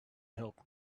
help